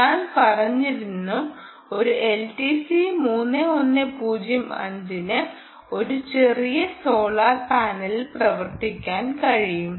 ഞാൻ പാഞ്ഞിരുന്നു ഒരു LTC 3105 ക്ക് ഒരു ചെറിയ സോളാർ പാനലിൽ പ്രവർത്തിക്കാൻ കഴിയും